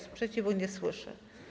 Sprzeciwu nie słyszę.